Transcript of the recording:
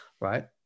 right